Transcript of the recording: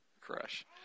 Crush